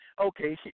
Okay